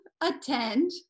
attend-